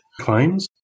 claims